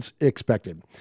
expected